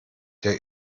der